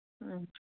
ꯎꯝ